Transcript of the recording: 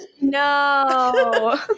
no